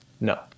No